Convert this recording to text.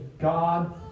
God